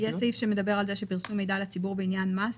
יש סעיף שמדבר על "פרסום מידע לציבור בעניין המס,